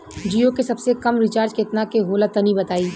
जीओ के सबसे कम रिचार्ज केतना के होला तनि बताई?